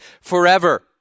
forever